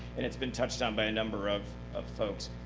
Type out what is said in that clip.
and it's been touched on by a number of of folks.